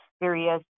Various